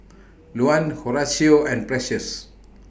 Luann Horacio and Precious